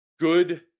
good